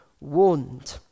warned